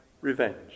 revenge